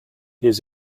his